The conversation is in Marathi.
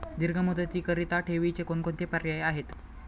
दीर्घ मुदतीकरीता ठेवीचे कोणकोणते पर्याय आहेत?